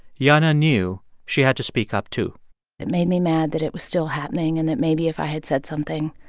jana knew she had to speak up, too it made me mad that it was still happening and that maybe if i had said something,